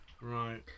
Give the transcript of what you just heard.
Right